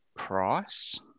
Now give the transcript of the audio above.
Price